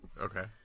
Okay